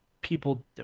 people